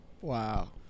Wow